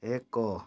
ଏକ